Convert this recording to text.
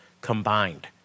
combined